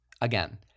Again